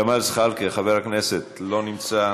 ג'מאל זחאלקה, חבר הכנסת, אינו נוכח,